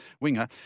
winger